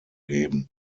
geben